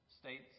States